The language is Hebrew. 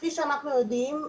כפי שאנחנו יודעים,